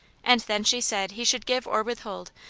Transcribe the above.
and then she said he should give or withhold,